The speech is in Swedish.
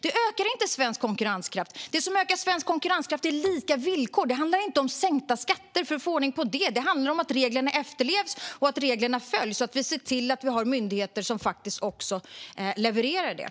Det ökar inte svensk konkurrenskraft. Det som ökar svensk konkurrenskraft är lika villkor. Det handlar inte om sänkta skatter utan om att reglerna efterlevs och att vi har myndigheter som levererar det.